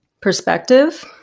perspective